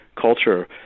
culture